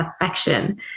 affection